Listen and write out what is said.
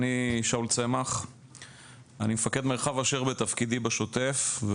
אני מפקד מרחב אשר בתפקידי בשוטף,